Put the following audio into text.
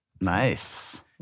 Nice